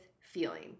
feeling